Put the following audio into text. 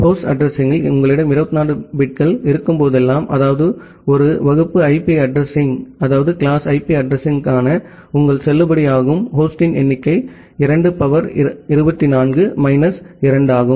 host அட்ரஸிங்யில் உங்களிடம் 24 பிட்கள் இருக்கும்போதெல்லாம் அதாவது ஒரு கிளாஸ் ஐபி அட்ரஸிங்க்கான உங்கள் செல்லுபடியாகும் ஹோஸ்டின் எண்ணிக்கை 2 சக்தி 24 மைனஸ் 2 ஆகும்